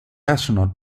astronaut